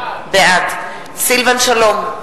בעד סילבן שלום,